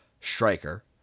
striker